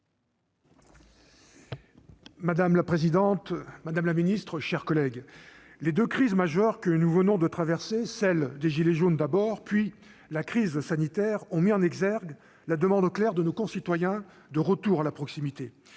Madame la présidente, madame la ministre, chers collègues, les deux crises majeures que nous venons de traverser- celle des « gilets jaunes », puis la crise sanitaire -ont mis en exergue la demande claire de nos concitoyens d'un retour à la proximité.